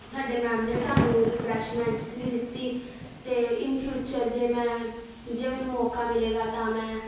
ਸਾਡੇ ਮੈਮ ਨੇ ਸਾਨੂੰ ਰਿਫਰੈਸ਼ਮੈਂਟਸ ਵੀ ਦਿੱਤੀ ਅਤੇ ਇਨ ਫਿਊਚਰ ਜੇ ਮੈਂ ਜੇ ਮੈਨੂੰ ਮੌਕਾ ਮਿਲੇਗਾ ਤਾਂ ਮੈਂ